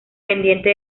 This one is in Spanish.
pendiente